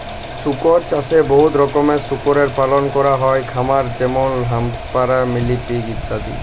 শুকর চাষে বহুত রকমের শুকরের পালল ক্যরা হ্যয় খামারে যেমল হ্যাম্পশায়ার, মিলি পিগ ইত্যাদি